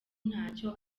ntacyo